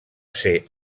ser